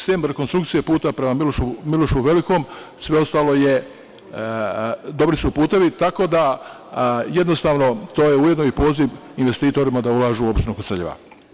Sem rekonstrukcije puta prema „Milošu Velikom“, sve ostalo su dobri putevi, tako da, jednostavno, to je ujedno i poziv investitorima da ulažu u opštinu Koceljeva.